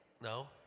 No